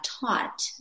taught